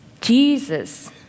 Jesus